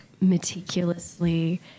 meticulously